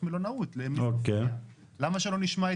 יש זמן.